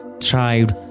thrived